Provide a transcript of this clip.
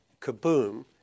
kaboom